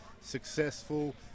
successful